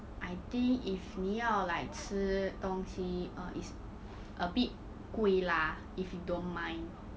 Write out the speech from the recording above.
I think if 你要 like 吃东西 err is a bit 贵 lah if you don't mind